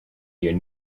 hier